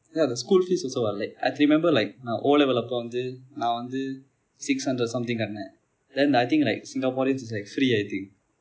ya the school fees also what like I can remember like நான்:naan O level நூறு வெள்ளி வந்து நான் வந்து: nuuru vandthu naan vandthu six hundred something காட்டினேன்:kaatdineen then I think like singaporeans is free I think